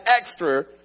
extra